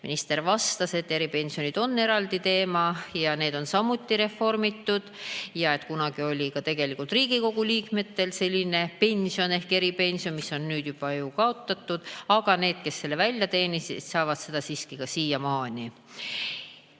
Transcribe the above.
Minister vastas, et eripensionid on eraldi teema ja neid on samuti reformitud, kunagi oli ka Riigikogu liikmetel selline pension ehk eripension, mis on juba kaotatud, aga need, kes selle välja teenisid, saavad seda siiski siiamaani.